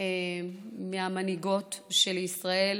מהמנהיגות של ישראל